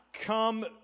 come